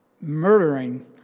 murdering